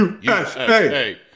USA